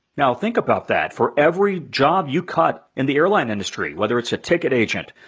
now think about that. for every job you cut in the airline industry, whether it's a ticket agent,